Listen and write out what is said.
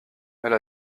elle